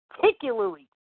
particularly